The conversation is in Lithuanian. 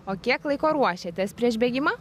o kiek laiko ruošiatės prieš bėgimą